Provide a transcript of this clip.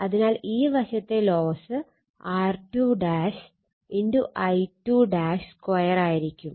അതിനാൽ ഈ വശത്തെ ലോസ് R2 I2 2 ആയിരിക്കും